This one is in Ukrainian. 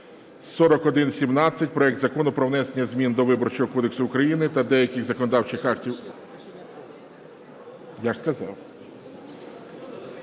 4117: проект Закону про внесення змін до Виборчого кодексу України та деяких законодавчих актів…